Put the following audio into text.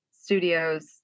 studios